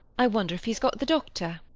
i wonder if he's got the doctor.